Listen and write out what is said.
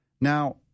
Now